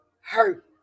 hurt